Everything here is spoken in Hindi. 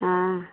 हाँ